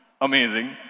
amazing